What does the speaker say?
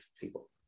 people